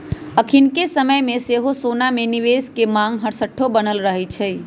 अखनिके समय में सेहो सोना में निवेश के मांग हरसठ्ठो बनल रहै छइ